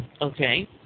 okay